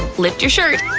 lift your shirt,